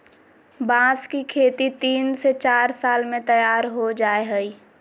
बांस की खेती तीन से चार साल में तैयार हो जाय हइ